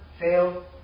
fail